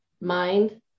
mind